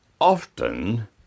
often